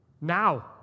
now